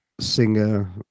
singer